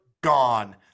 gone